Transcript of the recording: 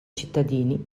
cittadini